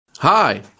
Hi